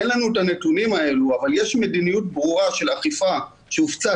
אין לנו את הנתונים האלה אבל יש מדיניות ברורה של אכיפה שהופצה